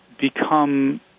become